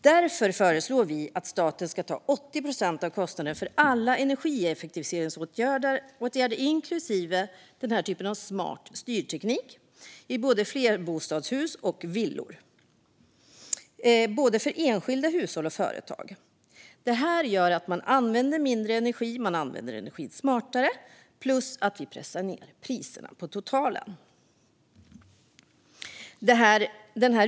Miljöpartiet föreslår därför att staten ska ta 80 procent av kostnaden för alla energieffektiviseringsåtgärder, inklusive den här typen av smart styrteknik, i både flerbostadshus och villor och för både enskilda hushåll och företag. Det här gör att man använder mindre energi och använder energin smartare plus att vi pressar ned priserna på totalen.